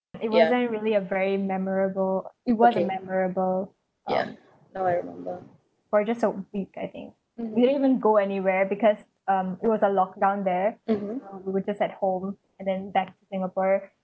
it wasn't really a very memorable it was a memorable um we're just so th~ I think we didn't even go anywhere because um it was a lock down there uh we were just at home and then back to singapore